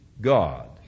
God